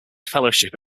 fellowship